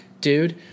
dude